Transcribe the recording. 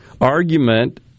argument